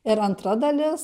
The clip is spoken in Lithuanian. ir antra dalis